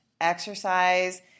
Exercise